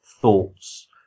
thoughts